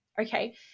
okay